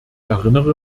erinnere